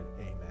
amen